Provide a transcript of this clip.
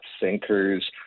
sinkers